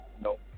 no